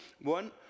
one